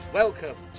welcome